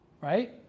Right